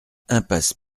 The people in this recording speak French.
impasse